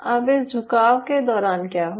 अब इस झुकाव के दौरान क्या होगा